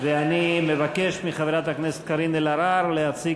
אני מבקש מחברת הכנסת קארין אלהרר להציג